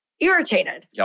irritated